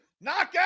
knockout